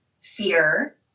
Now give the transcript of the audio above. fear